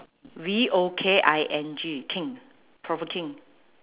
V O K I N G king provoking